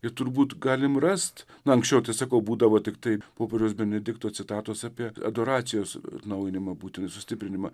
ir turbūt galim rast anksčiau tai sakau būdavo tiktai popiežiaus benedikto citatos apie adoracijos atnaujinimą būtent sustiprinimą